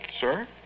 Sir